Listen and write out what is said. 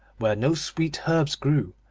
where no sweet herbs grew,